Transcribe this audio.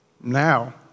Now